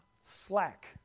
slack